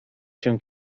się